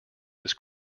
this